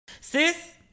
sis